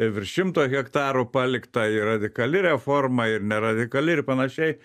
virš šimto hektarų palikta ir radikali reforma ir ne radikali ir panašiai